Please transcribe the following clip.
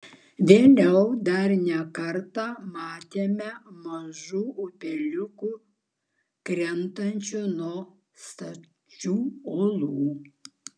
vėliau dar ne kartą matėme mažų upeliukų krintančių nuo stačių uolų